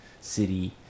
city